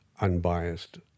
unbiased